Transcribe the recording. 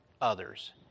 others